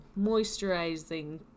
moisturizing